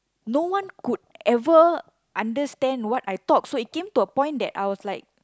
no one could ever understand what I talk so it came to a point that I was like